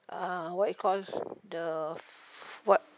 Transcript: uh what you call the what